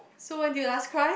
so when did you last cry